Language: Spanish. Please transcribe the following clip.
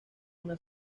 una